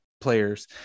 players